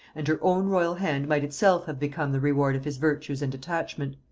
and her own royal hand might itself have become the reward of his virtues and attachment.